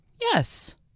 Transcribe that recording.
Yes